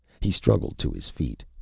he struggled to his feet.